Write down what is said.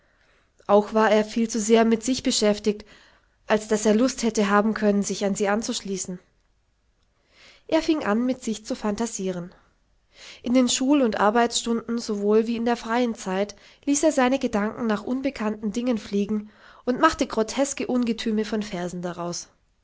auch war er viel zu sehr mit sich beschäftigt als daß er lust hätte haben können sich an sie anzuschließen er fing an mit sich zu phantasieren in den schul und arbeitsstunden sowohl wie in der freien zeit ließ er seine gedanken nach unbekannten dingen fliegen und machte groteske ungetüme von versen daraus